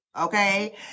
okay